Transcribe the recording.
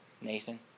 Nathan